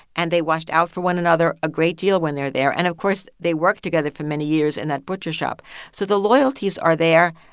and they watched out for one another a great deal when they're there. and of course, they worked together for many years in that butcher shop so the loyalties are there,